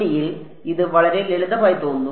1Dയിൽ ഇത് വളരെ ലളിതമായി തോന്നുന്നു